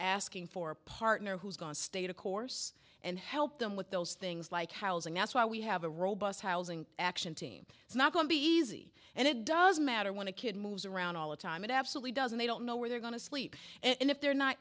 asking for a partner who's gone state of course and help them with those things like housing that's why we have a robust housing action team it's not going to be easy and it doesn't matter when a kid moves around all the time it absolutely doesn't they don't know where they're going to sleep and if they're not